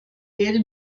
werde